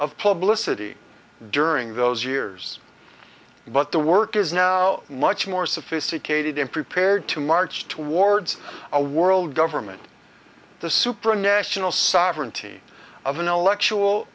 of publicity during those years but the work is now much more sophisticated and prepared to march towards a world government the supra national sovereignty of intellect